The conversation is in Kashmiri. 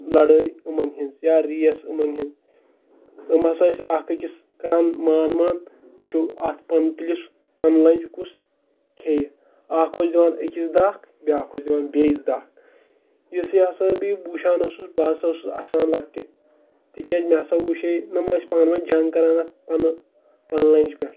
لڑٲے یِمَن ہِنٛز یا ریس یِمَن ہِنٛز یِم ہسا ٲسۍ اکھ أکِس کران مان مان وٕچھو اَتھ پن تُلِس پن لنٛج کُس کھیٚیہِ اکھ اوس دِوان أکِس دَکھ بیٛاکھ اوس دِوان بیٚیِس دَکھ یُس یہِ ہسا بیٚیہِ وٕچھان اوسُس بہٕ ہسا اوسُس آسان لۄکٹہِ تِکیٛازِ مےٚ ہسا وُچھے یِم ٲسۍ پانہٕ ؤنۍ جنٛگ کران اَتھ پنہٕ پن لنٛجہِ پٮ۪ٹھ